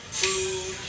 food